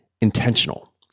intentional